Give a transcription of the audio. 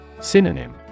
Synonym